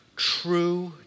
True